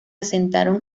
asentaron